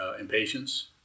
impatience